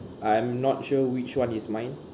I'm not sure which one is mine